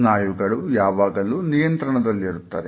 ಸ್ನಾಯುಗಳು ಯಾವಾಗಲೂ ನಿಯಂತ್ರಣದಲ್ಲಿರುತ್ತದೆ